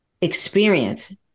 experience